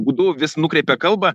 būdu vis nukreipia kalbą